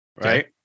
Right